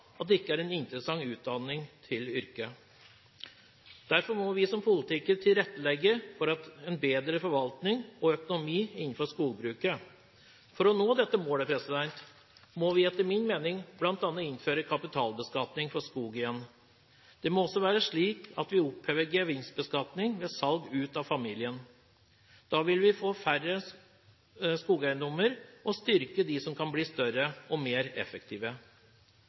til yrket. Derfor må vi som politikere tilrettelegge for en bedre forvaltning og økonomi innenfor skogbruket. For å nå dette målet må vi etter min mening bl.a. igjen innføre kapitalbeskatning for skog. Det må også være slik at vi opphever gevinstbeskatning ved salg ut av familien. Da vil vi få færre skogeiendommer og styrke dem som kan bli større og mer effektive.